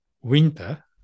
winter